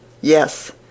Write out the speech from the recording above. Yes